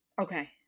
Okay